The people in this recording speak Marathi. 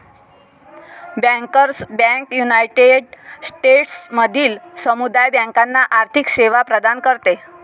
बँकर्स बँक युनायटेड स्टेट्समधील समुदाय बँकांना आर्थिक सेवा प्रदान करते